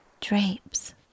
drapes